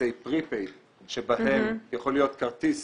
מכרטיסי Prepaid שבהם יכול להיות כרטיס